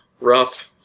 Rough